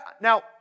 Now